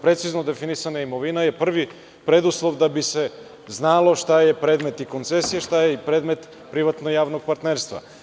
Precizno definisana imovina je prvi preduslov da bi se znalo šta je predmet koncesije i šta je predmet privatnog javnog partnerstva.